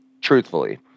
Truthfully